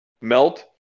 melt